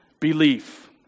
belief